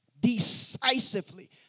Decisively